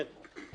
כן.